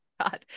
God